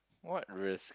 what risk